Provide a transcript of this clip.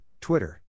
Twitter